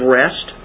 rest